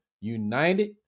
United